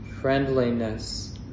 friendliness